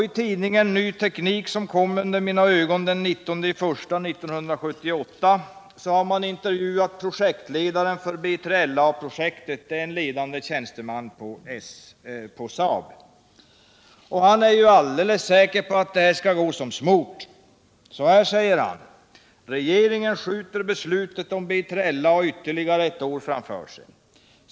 I tidningen Ny Teknik av den 19 januari 1978, som kom under mina ögon, har man intervjuat projektledaren för BJLA-projektet, en ledande tjänsteman på Saab. Han är helt säker på att det här skall gå som smort. Så här säger han: ”Regeringen skjuter beslutet om B3LA ytterligare ett år framför sig.